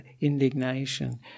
indignation